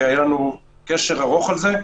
היה לנו קשר ארוך על זה,